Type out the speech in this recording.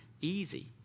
easy